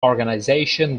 organization